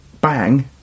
bang